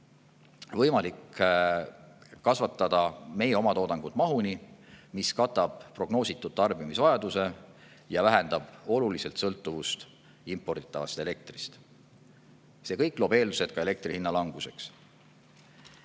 võimalik kasvatada meie oma toodangut mahuni, mis katab prognoositud tarbimisvajaduse ja vähendab oluliselt sõltuvust imporditavast elektrist. See kõik loob eeldused ka elektri hinna languseks.